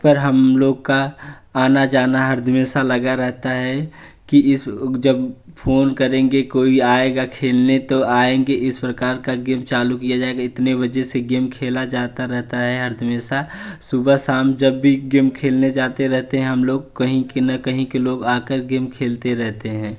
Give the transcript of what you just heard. पर हम लोग का आना जाना हर दिमेशा लगा रहता है कि इस जब फ़ोन करेंगे कोई आएगा खेलने तो आएँगे इस प्रकार का गेम चालू किया जाएगा इतने बजे से गेम खेला जाता रहता है हमेशा सुबह शाम जब भी गेम खेलने जाते रहते हम लोग कहीं के ना कहीं के लोग आकर गेम खेलते रहते हैं